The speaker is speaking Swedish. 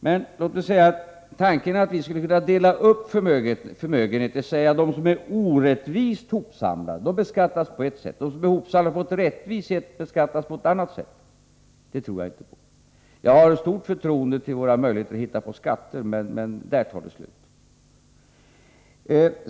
Men låt mig säga att tanken att vi skulle vilja dela upp förmögenheterna, så att de som är hopsamlade på ett orättvist sätt beskattas på ett sätt och de som är hopsamlade på ett rättvist sätt beskattas på ett annat sätt, tror jag inte på. Jag har stort förtroende för våra möjligheter att hitta på skatter, men där tar det slut.